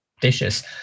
dishes